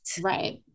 Right